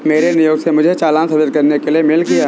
मेरे नियोक्ता ने मुझे चालान स्वीकृत करने के लिए मेल किया